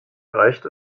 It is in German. reicht